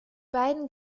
beiden